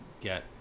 get